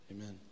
Amen